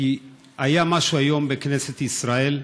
כי היה משהו היום בכנסת ישראל.